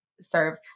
serve